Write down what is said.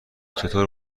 چطور